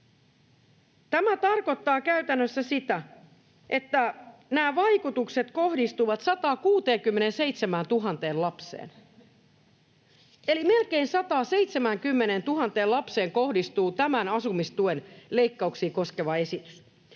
Tämä tarkoittaa käytännössä sitä, että nämä vaikutukset kohdistuvat 167 000 lapseen, eli melkein 170 000 lapseen kohdistuu tämä asumistuen leikkauksia koskeva esitys.